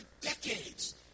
decades